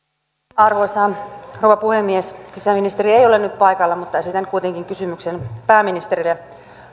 arvoisa rouva puhemies sisäministeri ei ole nyt paikalla mutta esitän nyt kuitenkin kysymyksen pääministerille